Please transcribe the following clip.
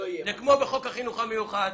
זה כמו בחוק החינוך המיוחד,